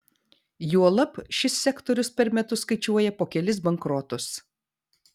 juolab šis sektorius per metus skaičiuoja po kelis bankrotus